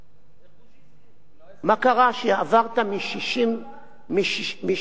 מה קרה שעברת מ-70 ל-65?